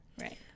right